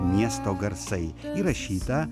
miesto garsai įrašytą